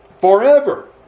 forever